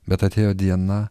bet atėjo diena